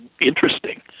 interesting